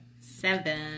Seven